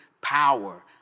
power